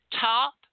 top